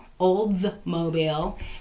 Oldsmobile